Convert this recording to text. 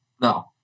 No